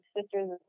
sisters